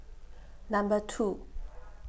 Number two